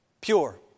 pure